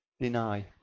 deny